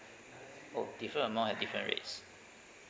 oh different amount at different rates